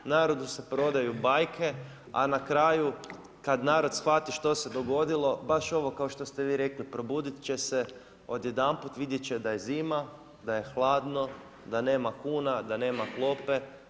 Narodu se prodaju bajke, a na kraju kad narod shvati što se dogodilo, baš ovo što ste vi rekli probudit će se odjedanput, vidjet će da je zima, da je hladno, da nema kuna, da nema klope.